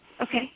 Okay